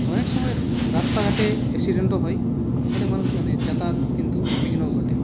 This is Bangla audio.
অনেক সময় রাস্তাঘাটে অ্যাক্সিডেন্টও হয় ফলে মানুষজনের যাতায়াত কিন্তু বিঘ্নও ঘটে